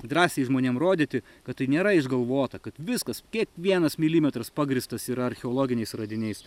drąsiai žmonėm rodyti kad tai nėra išgalvota kad viskas kiekvienas milimetras pagrįstas yra archeologiniais radiniais